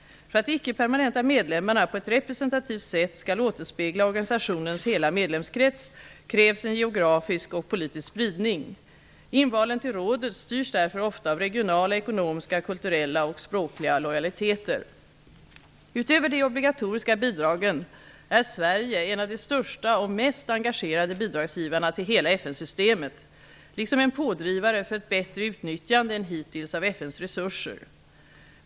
För att de ickepermanenta medlemmarna på ett representativt sätt skall återspegla organisationens hela medlemskrets krävs en geografisk och politisk spridning. Invalen till rådet styrs därför ofta av regionala, ekonomiska, kulturella och språkliga lojaliteter. Utöver de obligatoriska bidragen är Sverige en av de största och mest engagerade bidragsgivarna till hela FN-systemet, liksom en pådrivare för ett bättre utnyttjande än hittills av FN:s resurser.